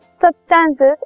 substances